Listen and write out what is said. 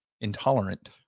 intolerant